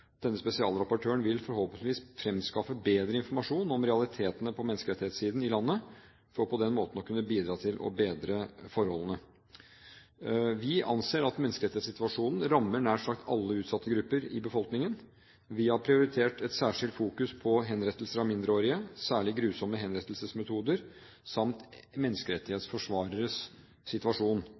Denne spesialrapportøren vil forhåpentligvis fremskaffe bedre informasjon om realitetene på menneskerettssiden i landet, for på den måten å kunne bidra til å bedre forholdene. Vi anser at menneskerettighetssituasjonen rammer nær sagt alle utsatte grupper i befolkningen. Vi har prioritert et særskilt fokus på henrettelser av mindreårige, særlig grusomme henrettelsesmetoder samt menneskerettighetsforsvareres situasjon.